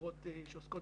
וחברות שעוסקות